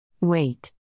Wait